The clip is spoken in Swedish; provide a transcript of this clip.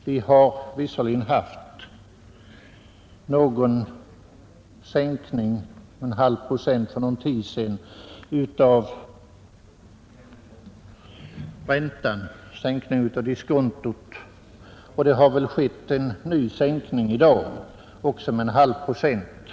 Vi har visserligen fått en sänkning av diskontot med en halv procent för någon tid sedan och det har väl skett en ny sänkning i dag, också med en halv procent.